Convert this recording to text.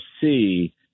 see